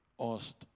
asked